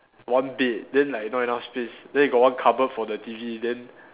one bed then like not enough space then got one cupboard for the T_V then